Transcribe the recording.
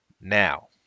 Now